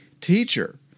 Teacher